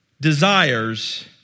desires